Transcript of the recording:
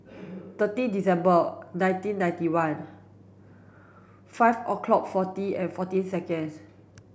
thirty December nineteen ninety one five o'clock forty and fourteen seconds